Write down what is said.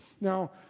Now